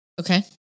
Okay